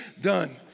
done